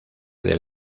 del